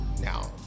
Now